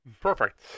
Perfect